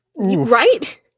Right